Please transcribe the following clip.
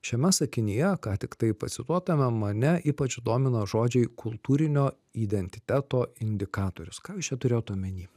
šiame sakinyje ką tiktai pacituotame mane ypač domina žodžiai kultūrinio identiteto indikatorius ką jūs čia turėjot omeny